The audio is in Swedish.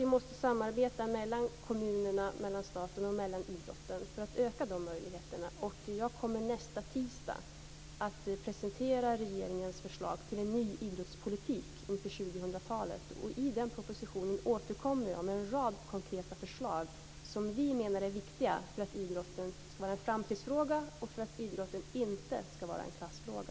Vi måste samarbeta mellan kommunerna, staten och idrotten för att öka de möjligheterna. Jag kommer nästa tisdag att presentera regeringens förslag till en ny idrottspolitik inför 2000-talet. I den propositionen återkommer jag med en rad konkreta förslag som vi menar är viktiga för att idrotten skall vara en framtidsfråga och för att idrotten inte skall vara en klassfråga.